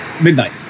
Midnight